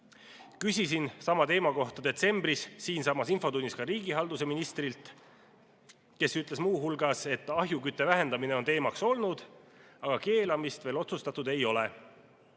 Küsisin sama teema kohta detsembris siinsamas infotunnis ka riigihalduse ministrilt, kes ütles muu hulgas, et ahjukütte vähendamine on teemaks olnud, aga keelamist veel otsustatud ei ole.